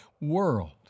World